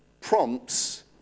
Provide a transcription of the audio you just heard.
prompts